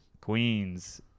Queens